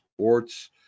sports